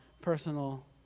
personal